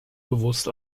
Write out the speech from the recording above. bewusst